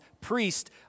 priest